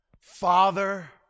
Father